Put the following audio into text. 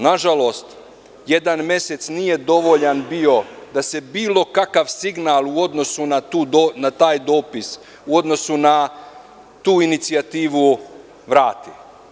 Nažalost, jedan mesec nije dovoljan bio da se bilo kakav signalu odnosu na taj dopis, u odnosu na tu inicijativu vrati.